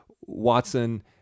Watson